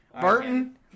Burton